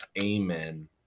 amen